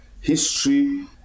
history